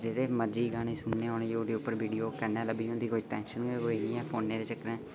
जेह्दे मरज़ी गाने सुनने होन यूट्यूब पर वीडियो कन्नै लब्भी जन्दी कोई टेंशन गै कोई निं ऐ फोनै दे चक्करें